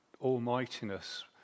almightiness